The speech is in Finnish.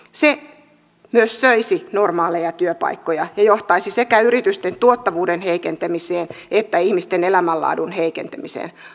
se myös söisi normaaleja työpaikkoja ja johtaisi sekä yritysten tuottavuuden heikentämiseen että ihmisten elämänlaadun heikentämiseen